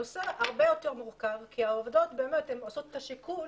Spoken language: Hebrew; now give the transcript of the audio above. הנושא הרבה יותר מורכב כי העובדות עושות את השיקול,